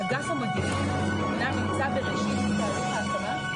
אגף המודיעין אומנם נמצא בראשית תהליך ההקמה,